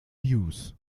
hughes